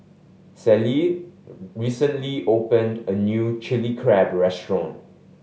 Celie recently opened a new Chili Crab restaurant